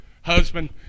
husband